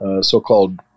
so-called